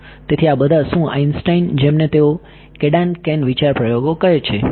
તેથી આ બધા શું આઈન્સ્ટાઈન જેમને તેઓ ગેડાન્કેન વિચાર પ્રયોગો કહે છે